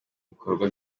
bikorwa